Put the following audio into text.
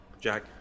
Jack